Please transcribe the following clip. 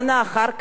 שנה אחר כך,